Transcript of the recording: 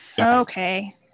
Okay